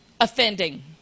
offending